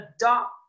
adopt